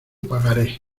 pagaré